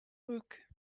look